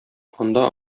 анда